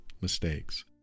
mistakes